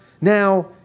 now